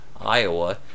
Iowa